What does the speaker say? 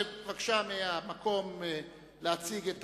חבר הכנסת מקלב, בבקשה, להציג את